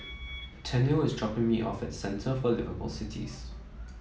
Tennille is dropping me off at Centre for Liveable Cities